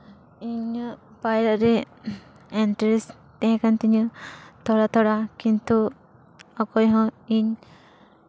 ᱤᱧᱟᱹᱜ ᱯᱟᱭᱨᱟᱜ ᱨᱮ ᱤᱱᱴᱟᱨᱮᱥᱴ ᱛᱟᱦᱮᱸ ᱠᱟᱱ ᱛᱤᱧᱟᱹ ᱛᱷᱚᱲᱟᱼᱛᱷᱚᱲᱟ ᱠᱤᱱᱛᱩ ᱚᱠᱚᱭ ᱦᱚᱸ ᱤᱧ